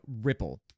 Ripple